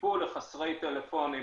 טיפול לחסרי טלפונים.